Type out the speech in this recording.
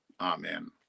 amen